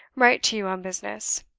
write to you on business.